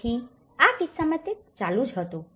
તેથી આ કિસ્સામાં તે ચાલુ જ હતું